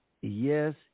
Yes